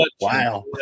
wow